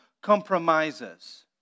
Compromises